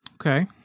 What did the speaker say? Okay